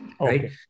right